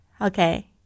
Okay